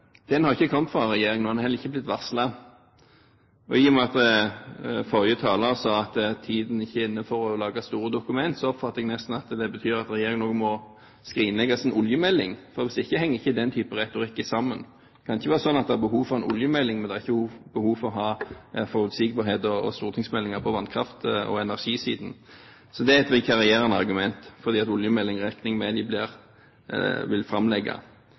Den har ikke kommet fra regjeringen, og den er heller ikke blitt varslet. I og med at forrige taler sa at tiden ikke er inne for å lage store dokumenter, oppfatter jeg nesten at det betyr at regjeringen også må skrinlegge sin oljemelding – hvis ikke henger ikke den type retorikk sammen. Det kan ikke være slik at det er behov for en oljemelding, men det er ikke behov for å ha forutsigbarhet og stortingsmeldinger på vannkraft- og energisiden. Så det er et vikarierende argument, for oljemeldingen regner jeg med at de vil framlegge.